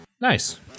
Nice